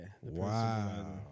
Wow